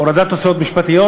הורדת הוצאות משפטיות,